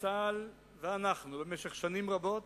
צה"ל ואנחנו, במשך שנים רבות,